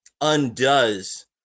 undoes